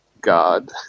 god